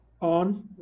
on